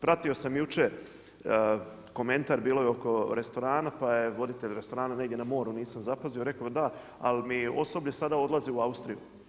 Pratio sam jučer komentar bilo je oko restorana pa je voditelj restorana negdje na moru, nisam zapazio, rekao je da ali mi osoblje sada odlazi u Austriju.